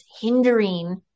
hindering